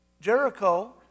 Jericho